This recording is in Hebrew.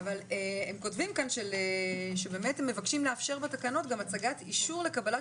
כותבים כאן שהם מבקשים לאפשר בתקנות גם הצגת אישור לקבלת